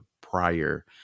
prior